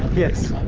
yes